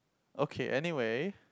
okay anyway